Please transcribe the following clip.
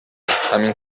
همین